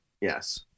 Yes